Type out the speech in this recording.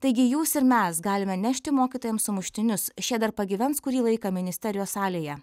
taigi jūs ir mes galime nešti mokytojams sumuštinius šie dar pagyvens kurį laiką ministerijos salėje